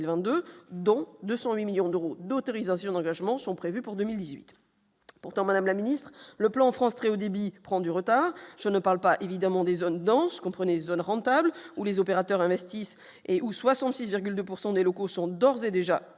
dont 208 millions d'euros d'autorisations d'engagement sont prévues pour 2018 pourtant, Madame la Ministre, le plan France très Haut débit prend du retard, je ne parle pas évidemment des zones denses, comprenez zones rentables où les opérateurs investissent et où 66,2 pourcent des locaux sont d'ores et déjà